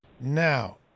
now